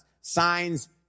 Signs